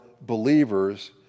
believers